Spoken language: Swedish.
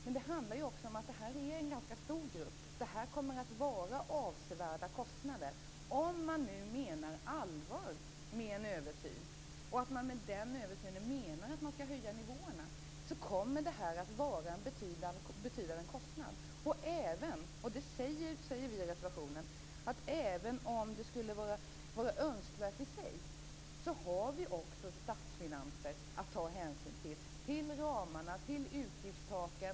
Men det handlar också om att detta är en ganska stor grupp och att detta kommer att innebära avsevärda kostnader. Om man nu menar allvar med en översyn och med den översynen menar att man skall höja nivåerna, kommer detta att innebära en betydande kostnad. Vi säger i reservationen att även om det skulle vara önskvärt i sig har vi också statsfinanserna att ta hänsyn till - till ramarna och utgiftstaken.